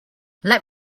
let